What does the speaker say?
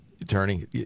attorney